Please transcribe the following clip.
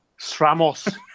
SRAMOS